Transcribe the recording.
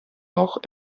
noch